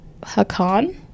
hakan